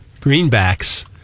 greenbacks